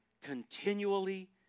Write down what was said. continually